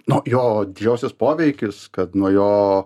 nuo jo didžiosios poveikis kad nuo jo